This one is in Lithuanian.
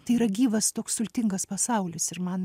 tai yra gyvas toks sultingas pasaulis ir man